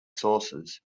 sources